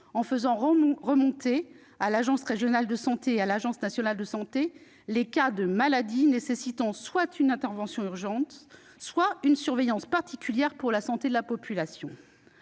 en faisant remonter à l'agence régionale de santé et à Santé publique France les cas de maladies nécessitant une intervention urgente ou une surveillance particulière pour la santé de la population.